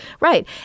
right